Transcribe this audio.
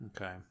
okay